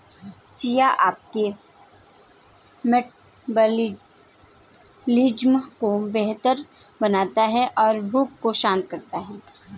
chia आपके metabolism को बेहतर बनाता है और भूख को शांत करता है